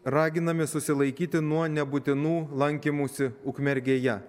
raginami susilaikyti nuo nebūtinų lankymųsi ukmergėje